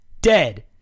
dead